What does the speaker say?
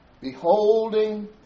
beholding